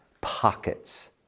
pockets